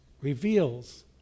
reveals